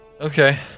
Okay